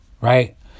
right